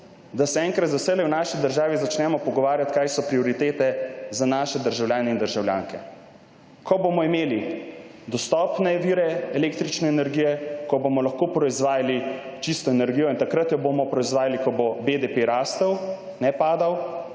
da se enkrat za vselej v naši državi začnemo pogovarjati, kaj so prioritete za naše državljane in državljanke. Ko bomo imeli dostopne vire električne energije, ko bomo lahko proizvajali čisto energijo in takrat jo bomo proizvajali, ko bo BDP rastel, ne padal,